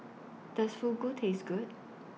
Does Fugu Taste Good